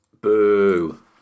boo